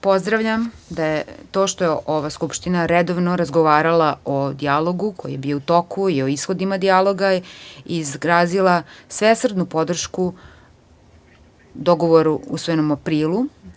Pozdravljam to što je ova Skupština redovno razgovarala o dijalogu koji je bio u toku i o ishodima dijaloga izrazila svesrdnu podršku dogovoru usvojenom u aprilu.